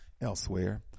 elsewhere